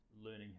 learning